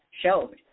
showed